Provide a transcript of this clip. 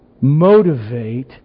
motivate